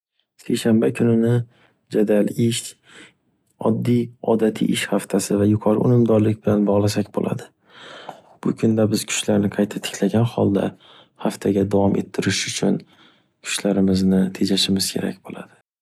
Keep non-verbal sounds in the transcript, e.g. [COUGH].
Seshanba kunini jadal ish oddiy odatiy ish haftasi va yuqori unumdorlik bilan bog’lasak bo’ladi. [NOISE] Bu kunda biz kuchlarni qayta tiklagan holda haftaga davom ettirish uchun kuchlarimizni tejashimiz kerak bo’ladi.